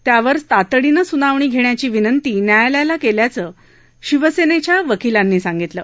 यावर तातडीनं सुनावणी घेण्याची विनंती न्यायालयाला केल्याचं शिवसेनेच्या वकिलांनी सांगितलं